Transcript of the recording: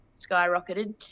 skyrocketed